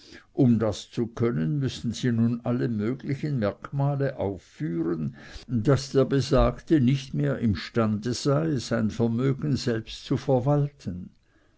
um das zu können müssen sie nun alle möglichen merkmale aufführen daß der besagte nicht mehr imstande sei sein vermögen selbst zu verwalten